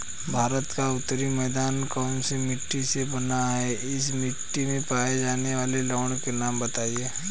भारत का उत्तरी मैदान कौनसी मिट्टी से बना है और इस मिट्टी में पाए जाने वाले लवण के नाम बताइए?